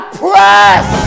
press